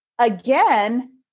again